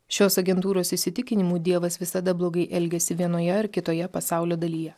šios agentūros įsitikinimu dievas visada blogai elgiasi vienoje ar kitoje pasaulio dalyje